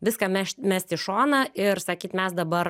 viską meš mest į šoną ir sakyt mes dabar